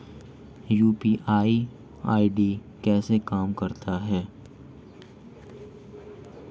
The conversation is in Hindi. यू.पी.आई आई.डी कैसे काम करता है?